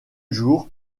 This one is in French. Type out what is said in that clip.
jour